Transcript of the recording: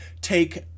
take